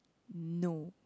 no